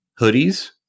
hoodies